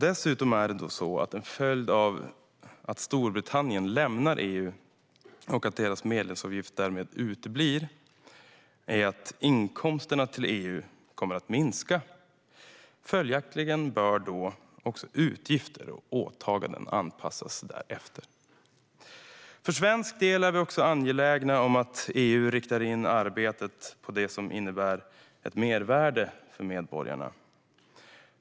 Dessutom är en följd av att Storbritannien lämnar EU och deras medlemsavgift därmed uteblir att inkomsterna till EU kommer att minska. Följaktligen bör då också utgifter och åtaganden anpassas därefter. För svensk del är vi också angelägna om att EU riktar in arbetet på det som innebär ett mervärde för medborgarna.